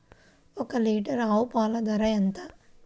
ఒక్క లీటర్ ఆవు పాల ధర ఎంత?